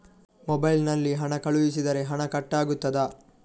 Mobile ನಲ್ಲಿ ಹಣ ಕಳುಹಿಸಿದರೆ ಹಣ ಕಟ್ ಆಗುತ್ತದಾ?